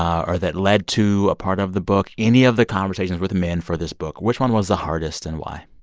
um or that led to a part of the book any of the conversations with men for this book which one was the hardest and why?